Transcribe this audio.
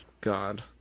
God